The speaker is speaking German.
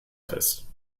fest